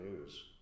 news